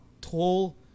tall